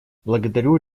благодарю